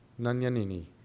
Nanyanini